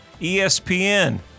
ESPN